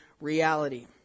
reality